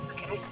Okay